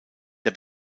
der